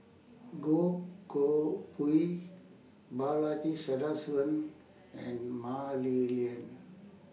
Goh Koh Pui Balaji Sadasivan and Mah Li Lian